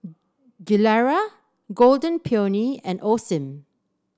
Gilera Golden Peony and Osim